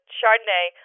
Chardonnay